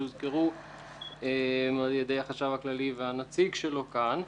שהוזכרו על-ידי החשב הכללי והנציג שלו כאן.